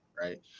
Right